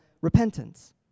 repentance